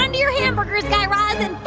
and your hamburgers, guy raz, and